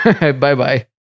Bye-bye